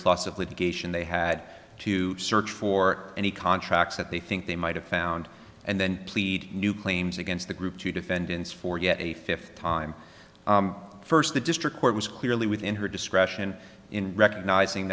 plus of litigation they had to search for any contracts that they think they might have found and then plead new claims against the group two defendants for yet a fifth time first the district court was clearly within her discretion in recognizing